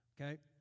Okay